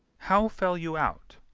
how fell you out?